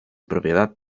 propiedad